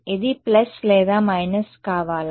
ఇది ప్లస్ లేదా మైనస్ కావాలా